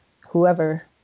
whoever